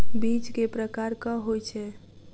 बीज केँ प्रकार कऽ होइ छै?